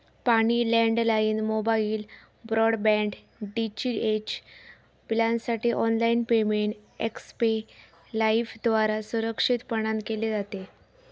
पाणी, landline, mobile, broadband, DTH बिलांसाठी online payment Xpay लाइफद्वारा सुरक्षितपणान केले जाते